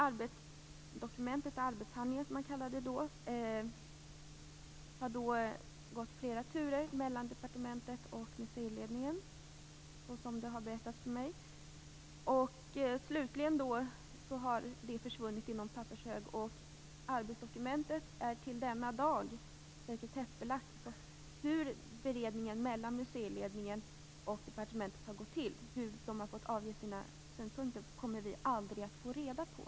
Arbetsdokumentet - eller arbetshandlingen, som det då kallades för - har i flera turer gått mellan departementet och museiledningen, har det berättats för mig. Slutligen har det försvunnit i någon pappershög. Arbetsdokumentet är fram till denna dag sekretessbelagt, så hur beredningen mellan museiledningen och departementet gått till - hur man fått avge sina synpunkter - kommer vi aldrig att få reda på.